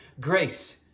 grace